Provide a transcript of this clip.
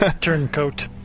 Turncoat